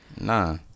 Nah